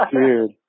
Dude